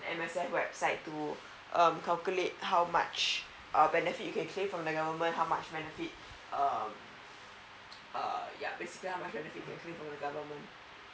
M_S_F website to um calculate how much um benefit you can claim from the government how much benefit uh uh yeah basically how much benefit you can claim from the government